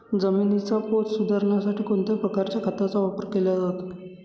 जमिनीचा पोत सुधारण्यासाठी कोणत्या प्रकारच्या खताचा वापर केला जातो?